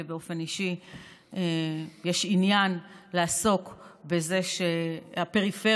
לי באופן אישי יש עניין לעסוק בזה שהפריפריה